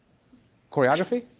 choreography?